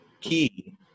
key